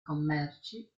commerci